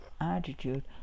attitude